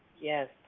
Yes